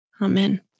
amen